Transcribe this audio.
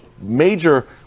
major